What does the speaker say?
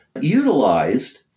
utilized